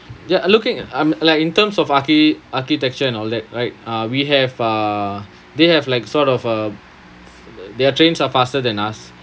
ya looking um like in terms of archi~ architecture and all that right uh we have uh they have like sort of uh their trains are faster than us